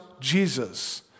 Jesus